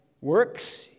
works